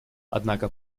однако